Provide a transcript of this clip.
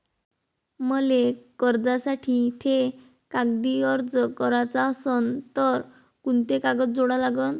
मले कर्जासाठी थे कागदी अर्ज कराचा असन तर कुंते कागद जोडा लागन?